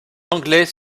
anglais